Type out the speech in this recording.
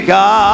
God